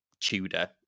Tudor